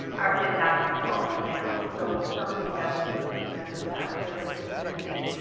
um um is actually falling down. so something does need to be done with that fairly soon, i think.